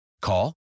Call